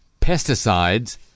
pesticides